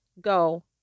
go